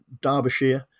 Derbyshire